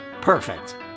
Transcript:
perfect